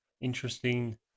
interesting